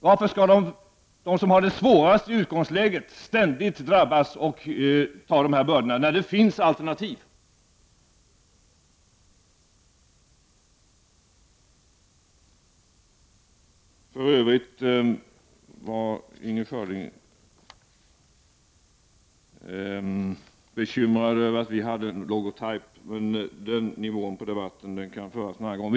Varför skall de som har det svårast i utgångsläget ständigt drabbas av bördorna när det finns alternativ? Inger Schörling var bekymrad över att vi hade en logotype, men på den nivån vill vi inte föra debatten.